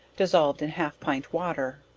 dissolved in half pint water,